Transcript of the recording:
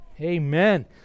amen